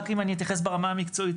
רק אם אני אתייחס ברמה המקצועית,